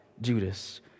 Judas